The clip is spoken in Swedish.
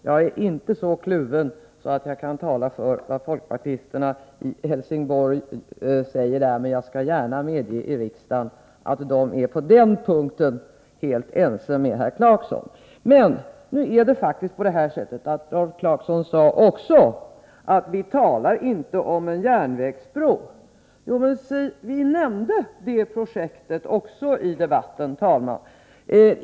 Jag är inte så kluven att jag kan tala för folkpartisterna i Helsingborg, men jag skall gärna här i riksdagen medge att de på denna punkt är helt ense med herr Clarkson. Men Rolf Clarkson sade faktiskt också att vi talar inte om en järnvägsbro. Jo, men se vi nämnde även det projektet, herr talman, i debatten.